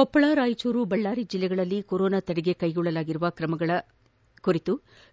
ಕೊಪ್ಪಳ ರಾಯಚೂರು ಬಳ್ಳಾರಿ ಜಿಲ್ಲೆಗಳಲ್ಲಿ ಕೊರೋನಾ ತಡೆಗೆ ಕೈಗೊಂಡಿರುವ ಮುನ್ನೆಚ್ಚರಿಕೆ ಕ್ರಮ ಕುರಿತು